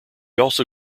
also